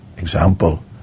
example